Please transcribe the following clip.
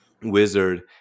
wizard